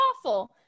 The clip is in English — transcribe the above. awful